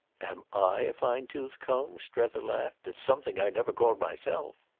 am i a fine-tooth comb? strether laughed. it's something i never called myself!